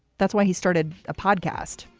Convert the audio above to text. that's why he started a podcast.